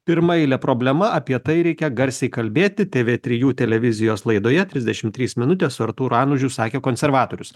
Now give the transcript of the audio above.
pirmaeilė problema apie tai reikia garsiai kalbėti tv trijų televizijos laidoje trisdešimt trys minutės artūrui anužiui sakė konservatorius